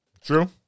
true